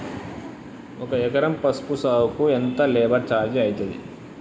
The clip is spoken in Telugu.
ఒక ఎకరం పసుపు సాగుకు ఎంత లేబర్ ఛార్జ్ అయితది?